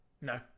no